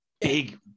big